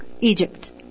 Egypt